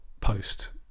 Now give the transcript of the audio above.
post